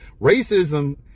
Racism